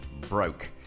broke